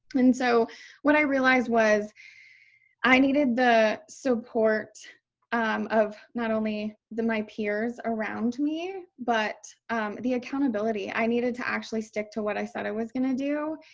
and so what i realized was i needed the support um of not only my peers around me, but the accountability i needed to actually stick to what i said i was going to do.